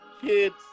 kids